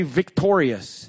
victorious